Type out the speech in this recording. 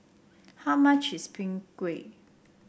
how much is Png Kueh